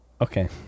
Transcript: Okay